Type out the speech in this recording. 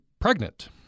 pregnant